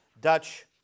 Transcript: Dutch